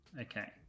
Okay